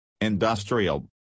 Industrial